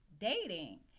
dating